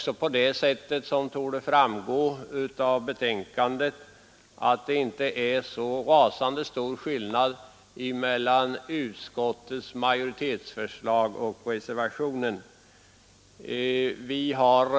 Som torde framgå av utskottets betänkande är det inte heller så rasande stor skillnad mellan utskottsmajoritetens förslag och det som föreslås av reservanterna.